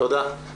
תודה.